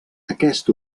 aquest